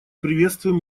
приветствуем